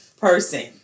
person